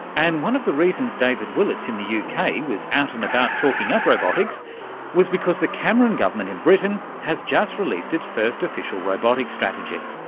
and one of the reasons david willetts in the uk kind of was out and about talking up robotics was because the cameron government in britain has just released its first official robotics strategy.